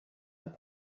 und